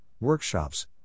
workshops